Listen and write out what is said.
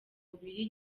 mubiri